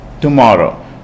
tomorrow